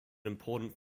important